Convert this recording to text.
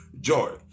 joy